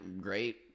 great